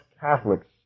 Catholics